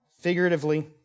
Figuratively